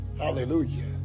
Hallelujah